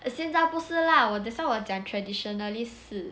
现在不是 lah that's why 我讲 traditionally 是